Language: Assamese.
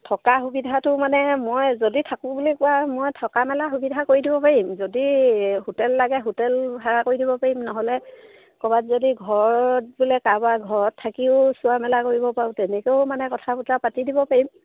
থকা সুবিধাটো মানে মই যদি থাকোঁ বুলি কোৱা মই থকা মেলা সুবিধা কৰি দিব পাৰিম যদি হোটেল লাগে হোটেল ভাড়া কৰি দিব পাৰিম নহ'লে ক'ৰবাত যদি ঘৰত বোলে কাৰোবাৰ ঘৰত থাকিও চোৱা মেলা কৰিব পাৰোঁ তেনেকৈয়ো মানে কথা বতৰা পাতি দিব পাৰিম